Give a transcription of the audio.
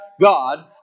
God